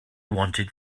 wanted